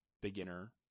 beginner